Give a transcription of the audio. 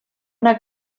una